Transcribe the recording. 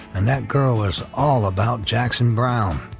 and that girl was all about jackson browne.